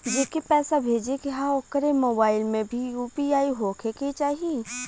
जेके पैसा भेजे के ह ओकरे मोबाइल मे भी यू.पी.आई होखे के चाही?